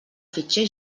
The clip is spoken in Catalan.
fitxer